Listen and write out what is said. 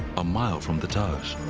a mile from the taj.